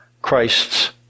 christ's